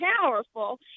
powerful